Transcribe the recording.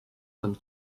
comme